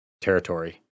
territory